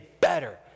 better